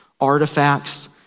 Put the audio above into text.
artifacts